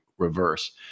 reverse